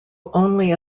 only